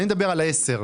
אני מדבר על פסקה (10).